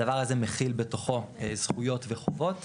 הדבר הזה מכיל בתוכו זכויות וחובות,